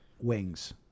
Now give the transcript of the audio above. wings